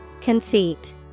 Conceit